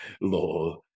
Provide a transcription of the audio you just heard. law